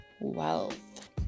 wealth